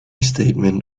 statement